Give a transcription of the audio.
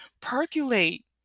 percolate